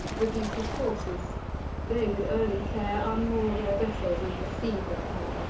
reviews his forces they with early care unmoor their vessels, and for sea prepare.